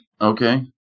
Okay